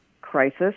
crisis